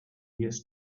years